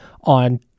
on